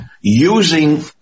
using